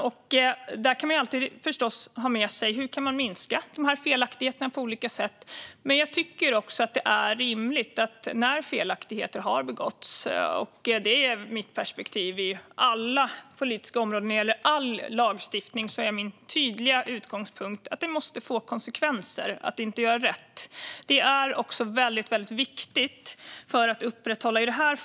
Man kan alltid ha med sig hur man på olika sätt kan minska dessa felaktigheter. På alla politiska områden och när det gäller all lagstiftning är min tydliga utgångspunkt dock att det måste få konsekvenser att inte göra rätt.